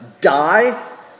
die